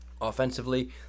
Offensively